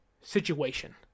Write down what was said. situation